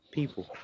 People